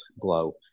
glow